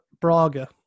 Braga